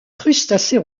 crustacés